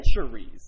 centuries